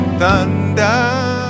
thunder